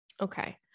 Okay